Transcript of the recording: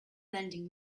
lending